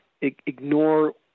ignore